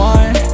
one